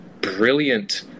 brilliant